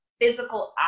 physical